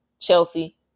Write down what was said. Chelsea